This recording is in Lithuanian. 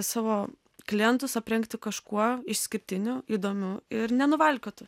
savo klientus aprengti kažkuo išskirtiniu įdomiu ir nenuvalkiotu